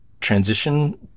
transition